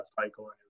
cycle